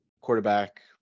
quarterback